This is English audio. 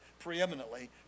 preeminently